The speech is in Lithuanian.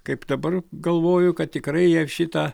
kaip dabar galvoju kad tikrai jie šitą